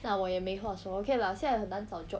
那我也没话说 okay lah 现在很难找 job